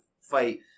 fight